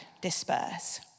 disperse